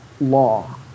law